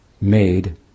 made